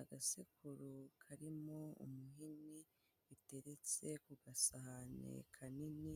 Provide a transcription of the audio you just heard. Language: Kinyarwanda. Agasekuru karimo umuhini biteretse ku gasahane kanini